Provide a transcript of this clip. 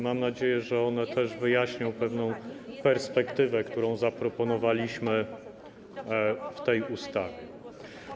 Mam nadzieję, że one też wyjaśnią pewną perspektywę, którą zaproponowaliśmy w tej ustawie.